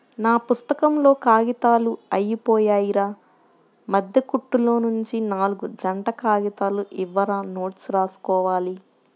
నా పుత్తకంలో కాగితాలు అయ్యిపొయ్యాయిరా, మద్దె కుట్టులోనుంచి నాల్గు జంట కాగితాలు ఇవ్వురా నోట్సు రాసుకోవాలి